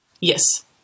Yes